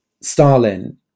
Stalin